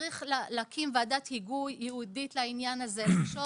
צריך להקים ועדת היגוי ייעודית לעניין הזה ולחשוב